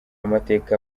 amateka